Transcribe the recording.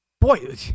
Boy